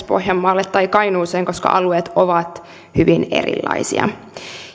pohjanmaalle tai kainuuseen koska alueet ovat hyvin erilaisia